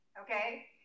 Okay